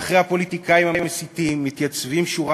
ואחרי הפוליטיקאים המסיתים מתייצבים בשורה